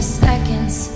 seconds